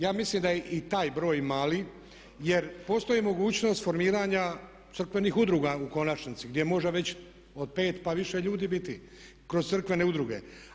Ja mislim da je i taj broj mali jer postoji mogućnost formiranja crkvenih udruga u konačnici gdje može već od 5 pa više ljudi biti kroz crkvene udruge.